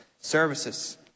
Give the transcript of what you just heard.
services